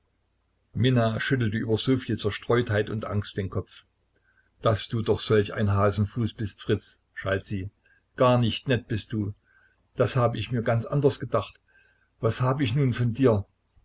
minna schüttelte über soviel zerstreutheit und angst den kopf daß du doch solch ein hasenfuß bist fritz schalt sie gar nicht nett bist du das habe ich mir ganz anders gedacht was habe ich nun von dir